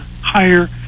higher